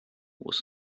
was